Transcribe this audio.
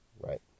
right